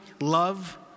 love